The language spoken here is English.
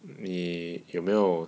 你有没有